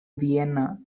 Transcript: vienna